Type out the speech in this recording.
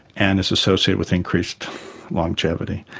and is associated with increased longevity.